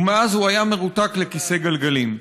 ומאז הוא היה מרותק לכיסא גלגלים.